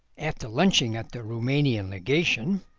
after lunching at the roumanian legation.